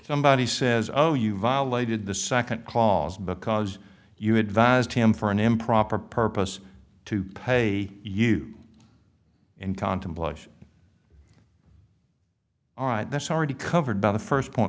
somebody says oh you violated the second clause because you advised him for an improper purpose to pay you in contemplation that's already covered by the first point